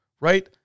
Right